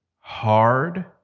hard